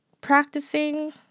practicing